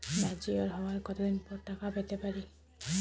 Mature হওয়ার কত দিন পর টাকা পেতে পারি?